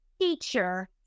teacher